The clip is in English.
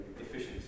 efficiency